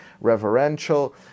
reverential